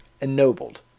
ennobled